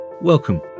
Welcome